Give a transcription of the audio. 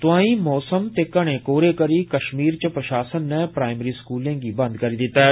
तोआंई मौसम ते घने कौहरे करी कश्मीर इच प्रशासन नै प्राईमरी स्कूलें गी बंद करी दित्ता ऐ